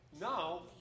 Now